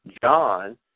John